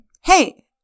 Hey